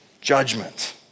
judgment